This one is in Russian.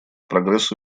прогрессу